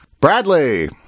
bradley